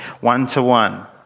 one-to-one